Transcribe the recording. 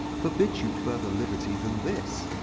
forbids you further liberty than this.